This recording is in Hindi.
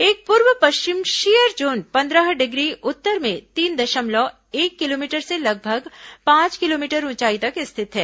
एक पूर्व पश्चिम शियर जोन पंद्रह डिग्री उत्तर में तीन दशमलव एक किलोमीटर से लगभग पांच किलोमीटर ऊंचाई तक स्थित है